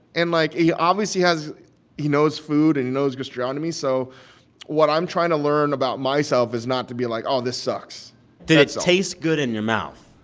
and, like, he obviously has he knows food and knows gastronomy. so what i'm trying to learn about myself is not to be like, oh, this sucks did it taste good in your mouth?